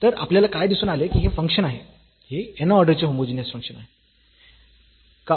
तर आपल्याला काय दिसून आले की हे फंक्शन आहे हे n ऑर्डरचे होमोजीनियस फंक्शन आहे